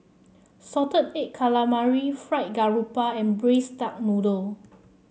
Salted Egg Calamari Fried Garoupa and Braised Duck Noodle